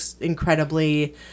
incredibly